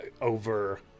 over